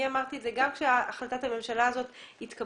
אני אמרתי את זה גם כאשר החלטת הממשלה הזאת התקבלה.